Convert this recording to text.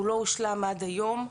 והוא לא הושלם עד היום.